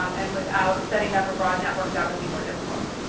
um and without setting up a broad network, that would be more difficult.